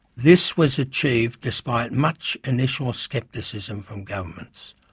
this was achieved despite much initial scepticism from governments.